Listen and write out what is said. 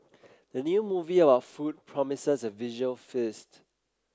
the new movie about food promises a visual feast